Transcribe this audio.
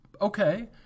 okay